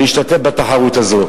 להשתתף בתחרות הזאת.